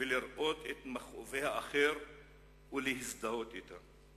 לראות את מכאובי האחר ולהזדהות אתם.